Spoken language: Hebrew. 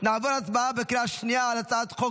נעבור להצבעה בקריאה שנייה על הצעת חוק